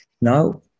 Now